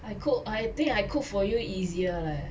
I cook I think I cook for you easier leh